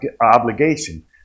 obligation